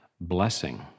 blessing